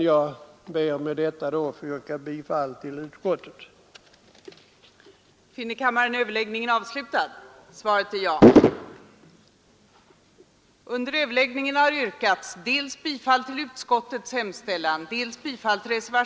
Jag ber att få yrka bifall till utskottets hemställan.